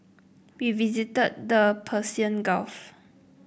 we visited the Persian Gulf